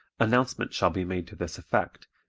announcement shall be made to this effect,